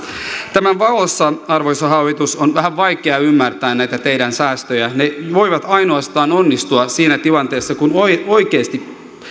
tämän valossa arvoisa hallitus on vähän vaikea ymmärtää näitä teidän säästöjänne ne voivat onnistua ainoastaan siinä tilanteessa kun oikeasti